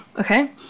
okay